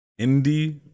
indie